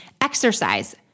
exercise